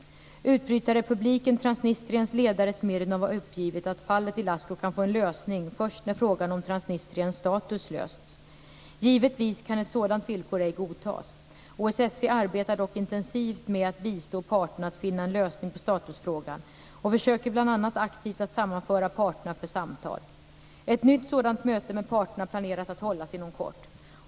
Utbrytarrepubliken Transnistriens ledare Smirnov har uppgivit att fallet Ilascu kan få en lösning först när frågan om Transnistriens status lösts. Givetvis kan ett sådant villkor ej godtas. OSSE arbetar dock intensivt med att bistå parterna att finna en lösning på statusfrågan och försöker bl.a. aktivt att sammanföra parterna för samtal. Ett nytt sådant möte med parterna planeras att hållas inom kort.